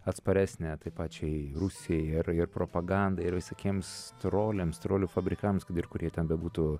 atsparesnė tai pačiai rusijai ir ir propagandai ir visokiems troliams trolių fabrikams kad ir kur jie ten bebūtų